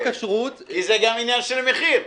זה גם עניין של מחיר.